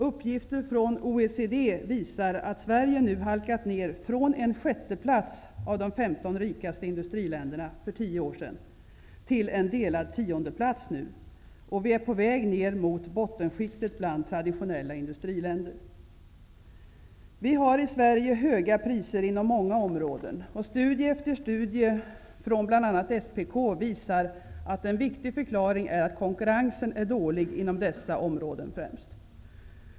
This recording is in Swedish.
Uppgifter från OECD visar att Sverige nu halkat ner från en sjätteplats av de 15 rikaste industriländerna för 10 år sedan till en delad tiondeplats nu. Och vi är på väg ner mot bottenskiktet bland traditionella industriländer. Vi har i Sverige höga priser inom många områden. Studie efter studie från bl.a. SPK visar att en viktig förklaring är att konkurrensen är dålig inom främst dessa områden.